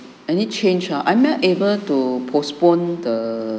any change err am I able to postpone the